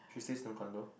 she stays in a condo